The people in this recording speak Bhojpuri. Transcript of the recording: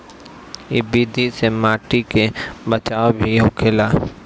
इ विधि से माटी के बचाव भी होखेला